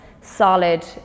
solid